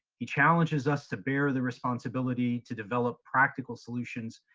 he challenges us to bear the responsibility to develop practical solutions,